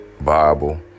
Bible